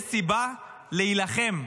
יש סיבה להילחם.